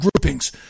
groupings